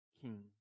king